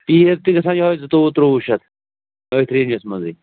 پیٖر تہِ گژھان یِہَے زٕتووُہ ترٛۆوُہ شَتھ أتھۍ رینٛجَس منٛزٕے